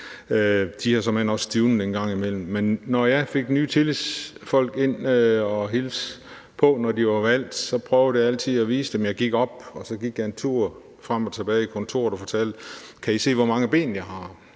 de har såmænd også stivnet en gang imellem. Men når jeg fik nye tillidsfolk ind og skulle hilse på dem, når de var valgt, så prøvede jeg altid at vise dem noget. Altså, jeg rejste mig op og gik en tur frem og tilbage på kontoret og spurgte dem: Kan I se, hvor mange ben jeg har?